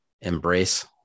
Embrace